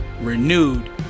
renewed